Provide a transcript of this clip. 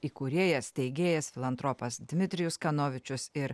įkūrėjas steigėjas filantropas dmitrijus kanovičius ir